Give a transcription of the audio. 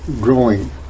Growing